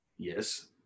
Yes